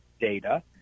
data